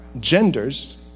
genders